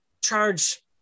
charge